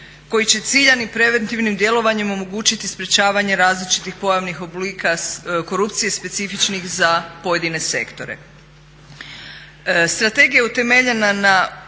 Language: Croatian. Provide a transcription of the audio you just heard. koji će ciljanim preventivnim djelovanjem omogućiti sprječavanje različitih pojavnih oblika korupcije specifičnih za pojedine sektore. Strategija je utemeljena na